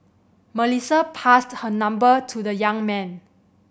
Melissa passed her number to the young man